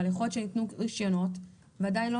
אבל יכול להיות שניתנו רישיונות ועדיין לא